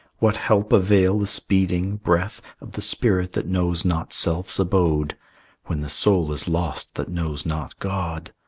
what help avail the speeding breath of the spirit that knows not self's abode when the soul is lost that knows not god?